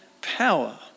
power